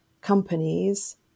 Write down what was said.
companies